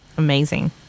amazing